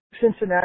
Cincinnati